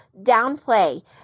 downplay